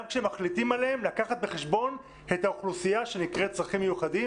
גם כשמחליטים עליהם לקחת בחשבון את האוכלוסייה שנקראת צרכים מיוחדים.